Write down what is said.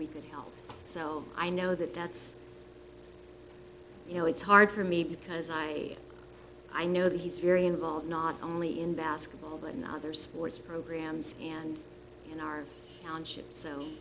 we could help so i know that that's you know it's hard for me because i i know that he's very involved not only in basketball but in other sports programs and in our